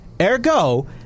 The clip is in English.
Ergo